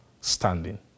standing